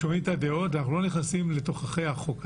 שומעים את הדעות, ולא נכנסים לתוככי החוק.